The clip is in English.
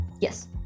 Yes